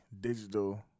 digital